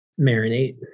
marinate